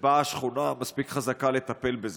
שבה השכונה מספיק חזקה לטפל בזה.